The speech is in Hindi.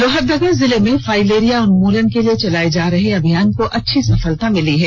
लोहरदगा जिले मे फाइलेरिया उन्मूलन के लिए चलाये जा रहे अभियान को अच्छी सफलता मिल रही है